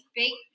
big